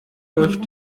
läuft